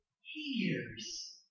hears